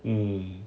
mm